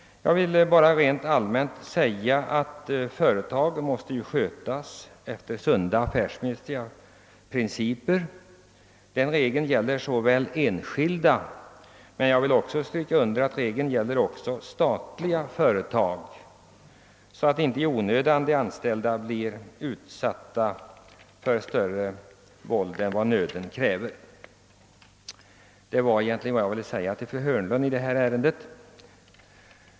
Jag vill bara rent allmänt säga, att företag naturligtvis måste skötas efter sunda, affärsmässiga principer. Den regeln gäller såväl enskilda som — det vill jag understryka — statliga företag, så att inte i onödan de anställda utsättes för större våld än nöden kräver. Herr talman!